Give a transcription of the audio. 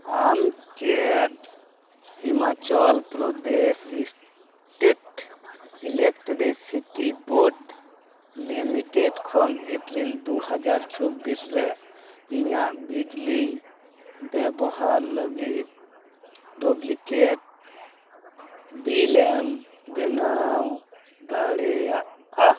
ᱟᱢ ᱪᱮᱫ Himachal Pradesh state electricity board limited ᱠᱷᱚᱱ ᱮᱯᱨᱤᱞ ᱫᱩ ᱦᱟᱡᱟᱨ ᱪᱚᱵᱽᱵᱤᱥ ᱨᱮ ᱤᱧᱟᱹᱜ ᱵᱤᱡᱽᱞᱤ ᱵᱮᱵᱚᱦᱟᱨ ᱞᱟᱹᱜᱤᱫ ᱰᱩᱯᱞᱤᱠᱮᱴ ᱵᱤᱞ ᱮᱢ ᱵᱮᱱᱟᱣ ᱫᱟᱲᱮᱭᱟᱜᱼᱟ